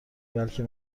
بلکه